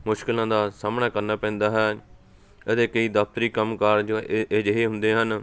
ਮੁਸ਼ਕਲਾਂ ਦਾ ਸਾਹਮਣਾ ਕਰਨਾ ਪੈਂਦਾ ਹੈ ਅਤੇ ਕਈ ਦਫਤਰੀ ਕੰਮ ਕਾਰਜ ਇ ਅਜਿਹੇ ਹੁੰਦੇ ਹਨ